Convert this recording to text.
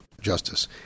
justice